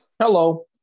Hello